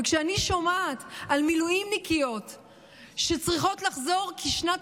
וכשאני שומעת על מילואימניקיות שצריכות לחזור כי שנת